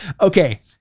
Okay